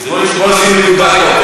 בוא נשים פה נקודה,